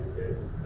is